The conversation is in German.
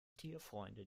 tierfreunde